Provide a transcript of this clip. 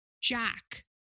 Jack